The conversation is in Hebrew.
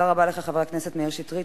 תודה רבה לך, חבר הכנסת מאיר שטרית.